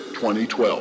2012